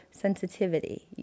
sensitivity